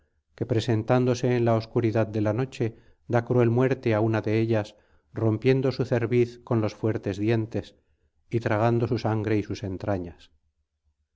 que presentándose en la obscuridad de la noche da cruel muerte á una de ellas rompiendo su cerviz con los fuertes dientes y tragando su sangre y sus entrañas